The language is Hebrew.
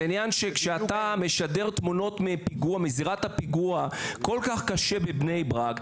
זה עניין שכשאתה משדר תמונות מזירת פיגוע כל כך קשה מבני ברק,